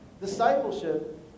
Discipleship